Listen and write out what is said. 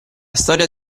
storia